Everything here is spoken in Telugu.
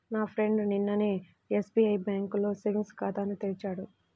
నా ఫ్రెండు నిన్ననే ఎస్బిఐ బ్యేంకులో సేవింగ్స్ ఖాతాను తెరిచాడు